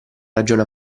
ragione